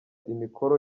imikoro